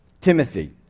Timothy